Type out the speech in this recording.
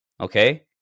okay